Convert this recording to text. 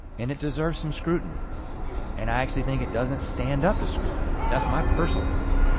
and it deserves some scrutiny and i actually think it doesn't stand up to scrutiny. that's my personal opinion.